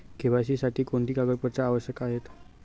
KYC साठी कोणती कागदपत्रे आवश्यक आहेत?